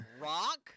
rock